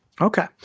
Okay